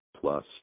plus